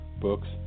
Books